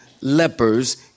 lepers